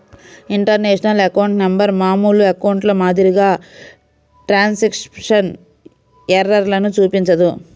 international account number మామూలు అకౌంట్ల మాదిరిగా ట్రాన్స్క్రిప్షన్ ఎర్రర్లను చూపించదు